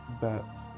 bats